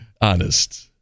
Honest